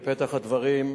בפתח הדברים,